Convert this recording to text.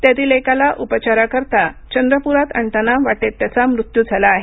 त्यातील एकाला उपचाराकरिता चंद्रपुरात आणताना वाटेत त्याचा मृत्यू झाला आहे